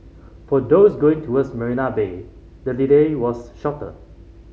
for those going towards Marina Bay the delay was shorter